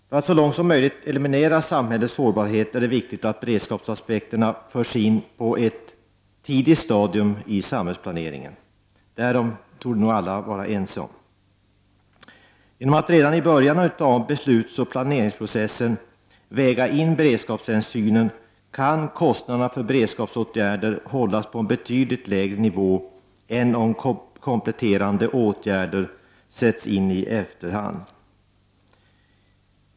För att så långt som möjligt eliminera samhällets sårbarhet är det viktigt att beredskapsaspekterna på ett tidigt stadium förs in i samhällsplaneringen. Det torde alla vara ense om. Genom att redan i början av beslutsoch planeringsprocessen väga in beredskapshänsynen kan man hålla kostnaderna för beredskapsåtgärder på en betydligt lägre nivå än om kompletterande åtgärder sätts in i efterhand.